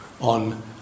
on